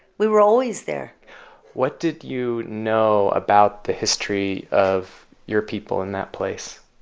we were always there what did you know about the history of your people and that place?